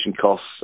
costs